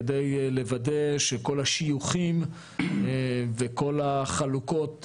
כדי לוודא שכל השיוכיים וכל החלוקות,